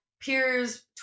peers